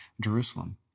Jerusalem